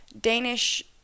Danish